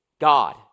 God